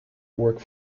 worked